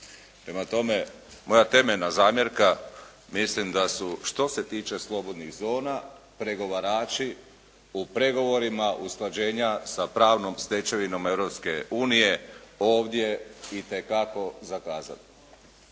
Prema tome, moja temeljna zamjerka mislim da su što se tiče slobodnih zona pregovarači u pregovorima usklađenja sa pravnom stečevinom Europske unije ovdje itekako zakazali.